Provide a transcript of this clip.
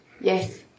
Yes